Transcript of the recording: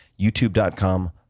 youtube.com